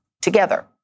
together